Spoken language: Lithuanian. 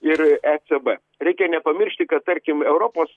ir ecb reikia nepamiršti kad tarkim europos